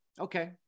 okay